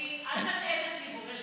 אלי, אל תטעה את הציבור.